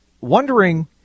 wondering